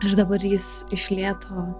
ir dabar jis iš lėto